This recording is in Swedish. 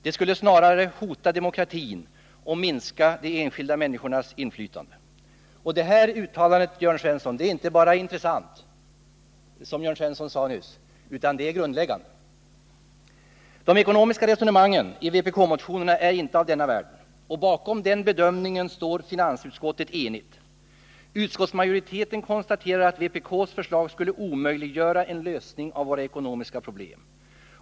Det skulle snarare hota demokratin och minska de enskilda människornas inflytande. Det här uttalandet, Jörn Svensson, är inte bara intressant, som Jörn Svensson sade nyss, utan det är grundläggande. De ekonomiska resonemangen i vpk-motionerna är inte av denna världen. Bakom den bedömningen står finansutskottet enigt. Utskottsmajoriteten konstaterar att vpk:s förslag skulle omöjliggöra en lösning av våra ekonomiska problem.